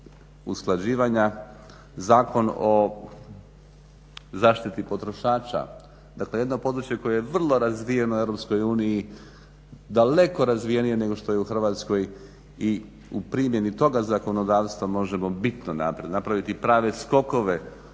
usklađivanja, Zakon o zaštiti potrošača. Dakle, jedno područje koje je vrlo razvijeno u Europskoj uniji daleko razvijenije nego što je u Hrvatskoj. I u primjeni toga zakonodavstva možemo bitno napraviti, napraviti prave